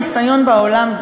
הניסיון בעולם,